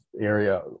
area